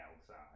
outside